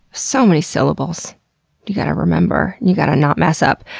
so many syllables you gotta remember, you gotta not mess up.